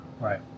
right